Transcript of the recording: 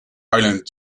island